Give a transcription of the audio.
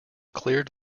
cleared